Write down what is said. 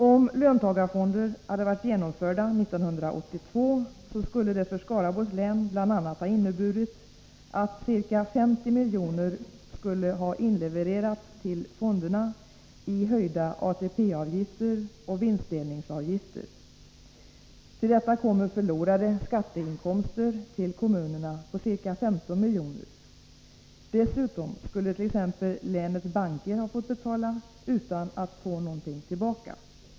Om löntagarfonder hade varit genomförda 1982, skulle det för Skaraborgs län bl.a. ha inneburit att ca 50 miljoner skulle ha inlevererats till fonderna i höjda ATP-avgifter och vinstdelningsavgifter. Till detta kommer förlorade skatteinkomster till kommunerna på ca 15 miljoner. Dessutom skulle t.ex. länets banker ha fått betala utan att få något tillbaka.